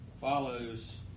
follows